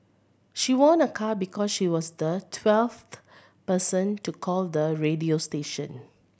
she won a car because she was the twelfth person to call the radio station